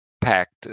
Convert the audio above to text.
packed